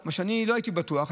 מה שלא הייתי בטוח,